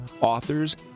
authors